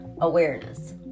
Awareness